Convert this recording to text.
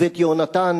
ו"בית יהונתן"